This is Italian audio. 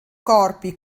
corpi